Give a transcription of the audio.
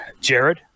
jared